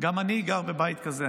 גם אני גר בבית כזה.